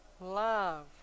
Love